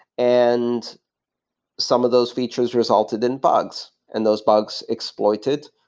and some of those features resulted in bugs, and those bugs exploited,